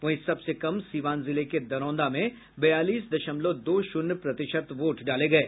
वहीं सबसे कम सीवान जिले के दरौंदा में बयालीस दशमलव दो शून्य प्रतिशत वोट डाले गये